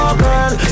girl